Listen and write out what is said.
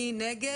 מי נגד?